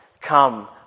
come